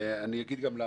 ואני אגיד גם למה.